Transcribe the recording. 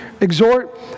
exhort